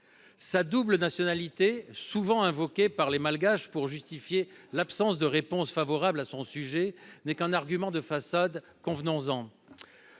Sa double nationalité, souvent invoquée par les Malgaches pour justifier l’absence de réponse favorable à son sujet, n’est qu’un argument de façade – convenons